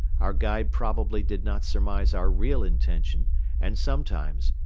our guide probably did not surmise our real intention and sometimes,